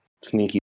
sneaky